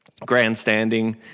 grandstanding